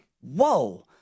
Whoa